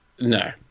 No